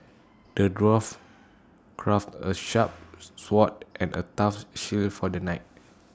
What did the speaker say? the dwarf crafted A sharp sword and A tough shield for the knight